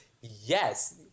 yes